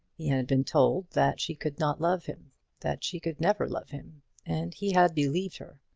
he had been told that she could not love him that she could never love him and he had believed her.